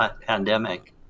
pandemic